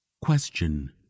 Question